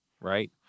right